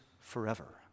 forever